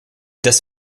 dass